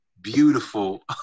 beautiful